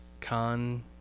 con